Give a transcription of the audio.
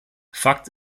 fakt